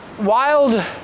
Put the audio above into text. wild